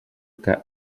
que